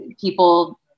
people